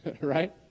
right